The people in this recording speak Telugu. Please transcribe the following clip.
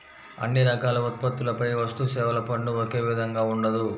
అన్ని రకాల ఉత్పత్తులపై వస్తుసేవల పన్ను ఒకే విధంగా ఉండదు